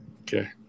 Okay